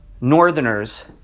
Northerners